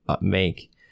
make